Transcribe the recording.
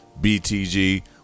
BTG